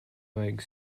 vajag